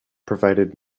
provided